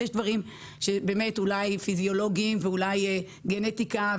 יש דברים אולי פיזיולוגיים וגנטיים,